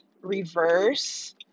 reverse